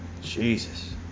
Jesus